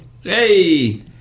Hey